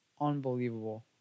unbelievable